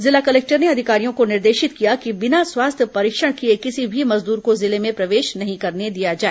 जिला कलेक्टर ने अधिकारियों को निर्देशित किया कि बिना स्वास्थ्य परीक्षण किए किसी भी मजदूर को जिले में प्रवेश नहीं करने दिया जाए